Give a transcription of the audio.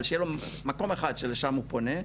אבל שיהיה לו מקום אחד שלשם הוא פונה,